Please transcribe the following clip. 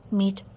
meet